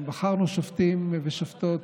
גם בחרנו שופטים ושופטות,